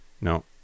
No